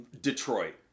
Detroit